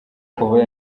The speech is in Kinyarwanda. kuva